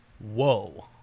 Whoa